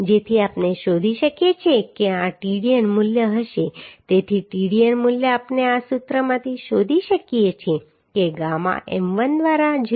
જેથી આપણે શોધી શકીએ કે આ Tdn મૂલ્ય હશે તેથી Tdn મૂલ્ય આપણે આ સૂત્રમાંથી શોધી શકીએ છીએ કે ગામા m1 દ્વારા 0